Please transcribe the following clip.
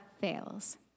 fails